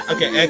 Okay